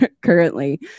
currently